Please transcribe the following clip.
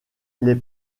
les